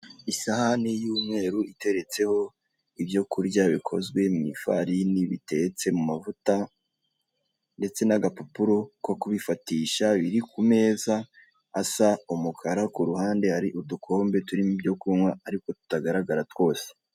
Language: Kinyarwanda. Isahani y'umweru iteretseho ibyo kurya bikozwe mu ifarini bitetse mu mavuta ndetse n'agapapuro ko kubifatisha biri kumeza asa umukara kuruhande hari udukombe turimo ibyo kunywa ariko tutagaragara twose.